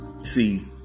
See